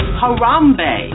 harambe